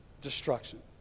destruction